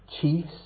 chiefs